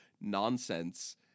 nonsense